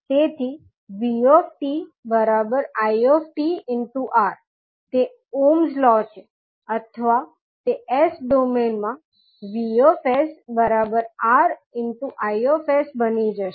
તેથી 𝑣𝑡 𝑖𝑡 𝑅 તે ohm's ohm's લો છે અથવા તે S ડોમેઇન માં V𝑠 𝑅𝐼𝑠 બની જશે